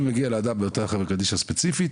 אם מגיע לאדם חברה קדישא ספציפית,